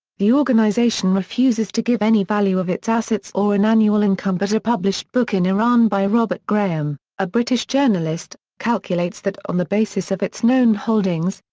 the organization refuses to give any value of its assets or an annual income but a published book in iran by robert graham, a british journalist, calculates that on the basis of its known holdings,